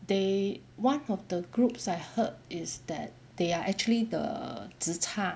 they one of the groups I heard is that they are actually the zi char